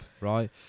right